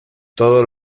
todos